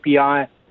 API